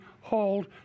hold